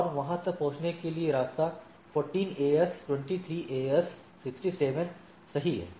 और वहाँ तक पहुँचने के लिए रास्ता 14 AS 23 AS 67 सही है